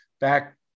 back